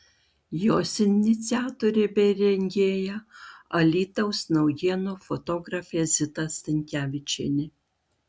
jos iniciatorė bei rengėja alytaus naujienų fotografė zita stankevičienė